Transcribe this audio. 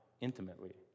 intimately